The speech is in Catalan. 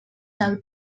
del